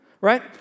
Right